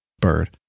bird